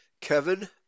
Kevin